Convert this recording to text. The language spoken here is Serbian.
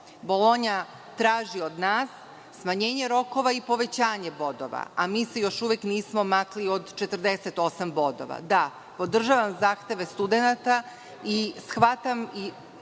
Bolonja traži od nas smanjenje rokova i povećanje bodova, a mi se još uvek nismo makli od 48 bodova. Da, podržavam zahteve studenata i slažem